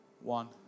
one